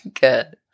Good